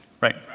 right